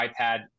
iPad